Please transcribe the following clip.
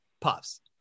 puffs